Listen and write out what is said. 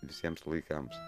visiems laikams